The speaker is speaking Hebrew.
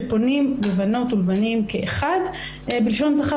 שפונים לבנות ולבנים כאחד בלשון זכר